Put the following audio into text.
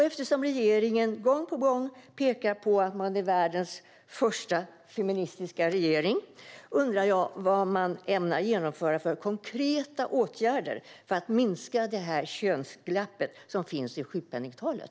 Eftersom regeringen gång på gång pekar på att man är världens första feministiska regering undrar jag vilka konkreta åtgärder man ämnar vidta för att minska det könsglapp som finns i sjukskrivningstalet.